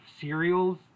cereals